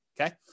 okay